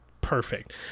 perfect